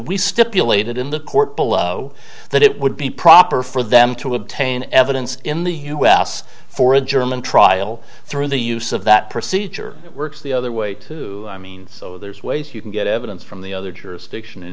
we stipulated in the court below that it would be proper for them to obtain evidence in the u s for a german trial through the use of that procedure works the other way to i mean so there's ways you can get evidence from the other jurisdiction in